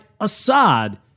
Assad